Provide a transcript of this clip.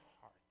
heart